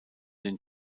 den